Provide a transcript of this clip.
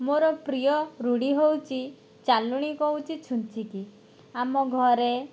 ମୋର ପ୍ରିୟ ରୁଢ଼ି ହଉଚି ଚାଲୁଣି କହୁଛି ଛୁଞ୍ଚିକି ଆମ ଘରେ